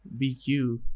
BQ